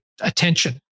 attention